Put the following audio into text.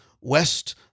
West